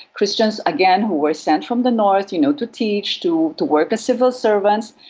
christians again who were sent from the north you know to teach, to to work as civil servants,